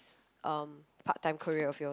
um part time career of yours